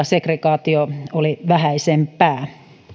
segregaatio oli vähäisempää